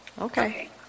okay